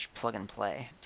plug-and-play